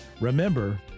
remember